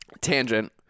tangent